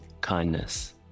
Kindness